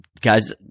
guys